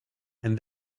and